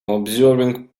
observing